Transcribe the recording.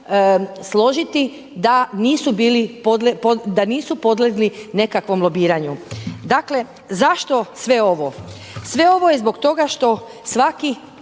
složiti da nisu podlegli nekakvom lobiranju. Dakle, zašto sve ovo? Sve ovo je zbog toga što svaki